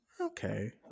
okay